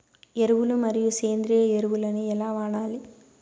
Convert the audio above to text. ఎరువులు మరియు సేంద్రియ ఎరువులని ఎలా వాడాలి?